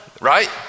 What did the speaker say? right